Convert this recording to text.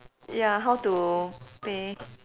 ya how to pay